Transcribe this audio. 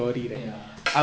ya